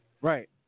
Right